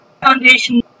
Foundation